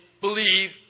believe